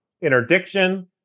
interdiction